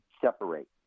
separate